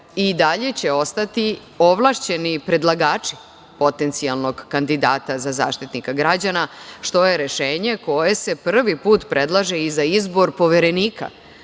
i dalje će ostati ovlašćeni predlagači potencijalnog kandidata za Zaštitnika građana, što je rešenje koje se prvi put predlaže i za izbor Poverenika,